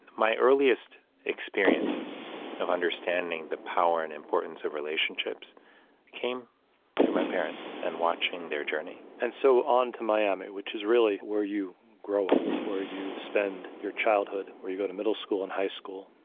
my earliest experience of understanding the power and importance of relationships came through my parents and watching their journey. and so, on to miami, which is really where you grow up, where you spend your childhood, where you go to middle school and high school,